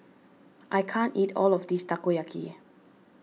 I can't eat all of this Takoyaki